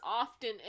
often